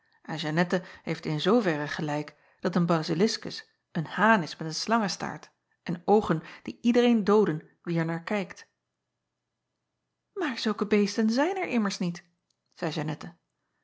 en eannette heeft in zooverre gelijk dat een baziliskus een haan is met een slangestaart en oogen die iedereen dooden wie er naar kijkt acob van ennep laasje evenster delen aar zulke beesten zijn er immers niet zeî